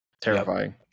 terrifying